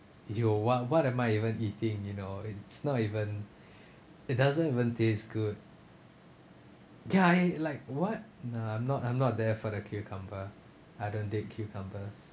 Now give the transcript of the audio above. yo what what am I even eating you know it's not even it doesn't even taste good guy like what ya I'm not I'm not there for the cucumber I don't take cucumbers